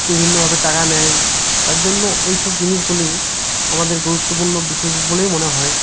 বিভিন্নভাবে টাকা নেয় তার জন্য ওই সব জিনিসগুলি আমাদের গুরুত্বপূর্ণ বিষয় বলেই মনে হয়